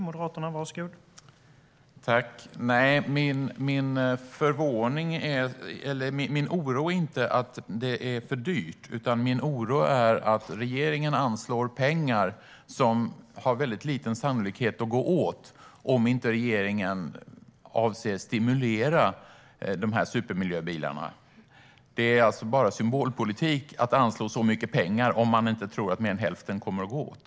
Herr talman! Nej, min oro beror inte på att det är för dyrt, utan min oro är att regeringen anslår pengar som har väldigt liten sannolikhet att gå åt såvida regeringen inte avser att stimulera dessa supermiljöbilar. Det handlar alltså bara om symbolpolitik att anslå så mycket pengar om man inte tror att mer än hälften kommer att gå åt.